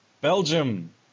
Belgium